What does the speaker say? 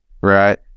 right